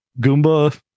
Goomba